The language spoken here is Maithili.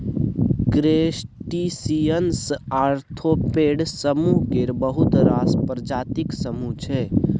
क्रस्टेशियंस आर्थोपेड समुह केर बहुत रास प्रजातिक समुह छै